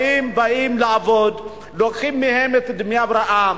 באים לעבוד, לוקחים מהם את דמי ההבראה,